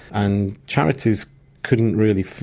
and charities couldn't really,